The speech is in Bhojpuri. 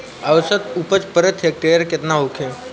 औसत उपज प्रति हेक्टेयर केतना होखे?